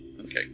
Okay